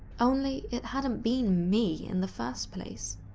only, it hadn't been me in the first place.